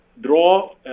draw